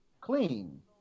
clean